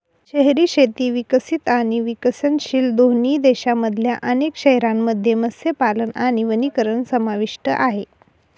शहरी शेती विकसित आणि विकसनशील दोन्ही देशांमधल्या अनेक शहरांमध्ये मत्स्यपालन आणि वनीकरण समाविष्ट आहे